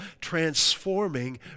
transforming